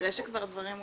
אחרי שכבר דברים אושרו?